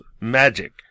magic